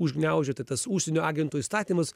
užgniaužia tai tas užsienio agentų įstatymas